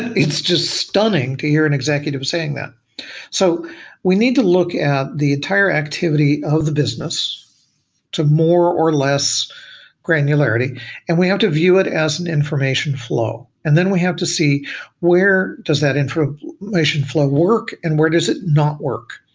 it's just stunning to hear an executive saying that so we need to look at the entire activity of the business to more or less granularity and we have to view it as an information flow. and then we have to see where does that ah information flow work and where does it not work?